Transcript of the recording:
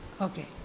Okay